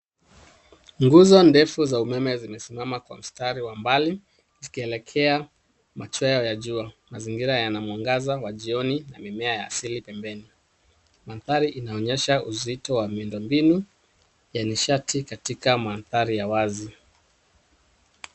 Nguzo ndefu za umeme zimesimama kwenye mistari wa mbali zinaelekea machweo ya jua, mazingira Yana mwangaza ya jijini au mimea ya asili pempeni. Mandari inaonyesha uzito wa miundo mbinu yenye shati katika mandari ya wazi.